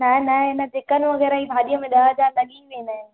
न न हिन चिकन वग़ैरह ई भाॼीअ में ॾह हज़ार लॻी वेंदा आहिनि